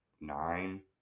nine